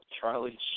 Charlie